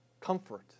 comfort